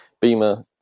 Beamer